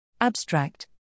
Abstract